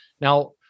Now